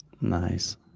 Nice